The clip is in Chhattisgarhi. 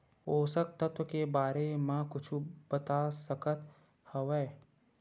पोषक तत्व के बारे मा कुछु बता सकत हवय?